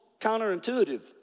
counterintuitive